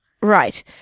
Right